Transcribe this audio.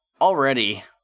already